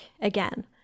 again